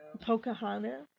Pocahontas